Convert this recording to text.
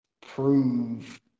prove